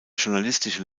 journalistische